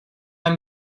i’m